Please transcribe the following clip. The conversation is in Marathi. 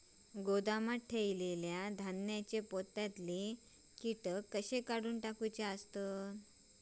गोदामात ठेयलेल्या धान्यांच्या पोत्यातले कीटक कशे काढून टाकतत?